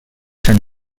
sant